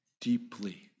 deeply